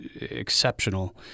exceptional